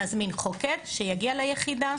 נזמין חוקר שיגיע ליחידה,